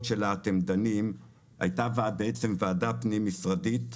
שלה אתם דנים הייתה בעצם ועדה פנים-משרדית.